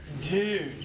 Dude